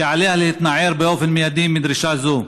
ועליה להתנער באופן מיידי מדרישה זו.